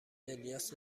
الیاس